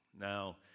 Now